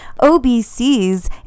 OBCs